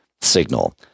signal